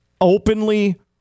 openly